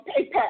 PayPal